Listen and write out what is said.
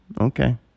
Okay